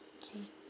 okay